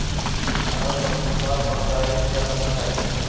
अगर पशु बीमार पड़ जाय तो क्या करना चाहिए?